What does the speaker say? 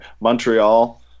Montreal